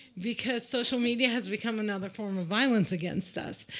because social media has become another form of violence against us.